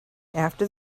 after